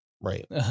Right